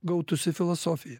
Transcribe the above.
gautųsi filosofija